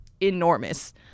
enormous